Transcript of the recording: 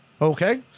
okay